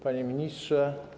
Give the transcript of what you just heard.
Panie Ministrze!